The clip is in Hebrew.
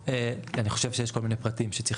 אני חושב שיש כל מיני פרטים שצריך